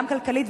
גם כלכלית,